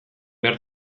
behar